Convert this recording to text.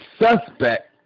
suspect